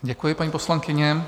Děkuji, paní poslankyně.